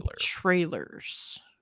trailers